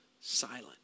silent